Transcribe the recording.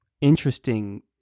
interesting